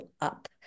up